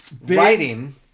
writing